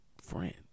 friend